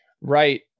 Right